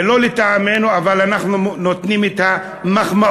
זה לא לטעמנו, אבל אנחנו נותנים את המחמאות.